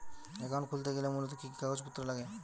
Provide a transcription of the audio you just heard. Account খুলতে গেলে মূলত কি কি কাগজপত্র লাগে?